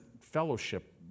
fellowship